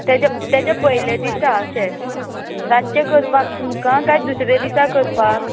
तेज्या तेज्या पयले दिसा अशें रातचें करपाक तुमकां काय दुसरे दिसा करपाक